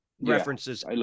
references